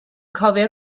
cofio